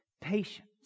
patience